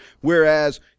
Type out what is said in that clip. whereas